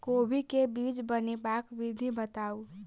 कोबी केँ बीज बनेबाक विधि बताऊ?